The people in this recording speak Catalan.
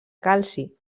calci